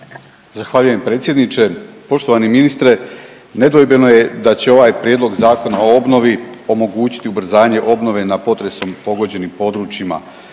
Zahvaljujem predsjedniče. Poštovani ministre, nedvojbeno je da će ovaj Prijedlog Zakona o obnovi omogućiti ubrzanje obnove na potresom pogođenim područjima.